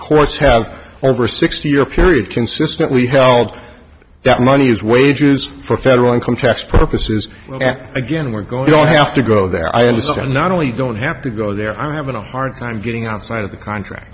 courts have over sixty year period consistently held that money is wages for federal income tax purposes again we're going to have to go there i understand not only don't have to go there i'm having a hard time getting outside of the contract